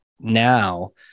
now